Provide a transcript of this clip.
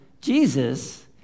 Jesus